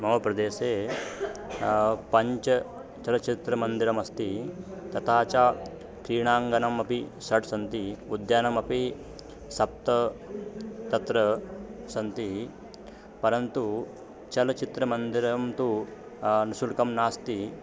मम प्रदेशे पञ्च चलचित्रमन्दिरमस्ति तथा च क्रीडाङ्गणमपि षट् सन्ति उद्यानमपि सप्त तत्र सन्ति परन्तु चलचित्रमन्दिरं तु निःशुल्कं नास्ति